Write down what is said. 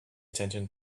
attention